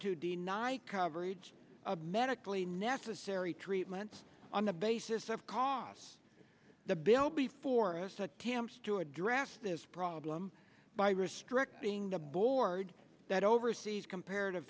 deny coverage a medically necessary treatment on the basis of costs the bill before us attempts to address this problem by restricting the board that oversees comparative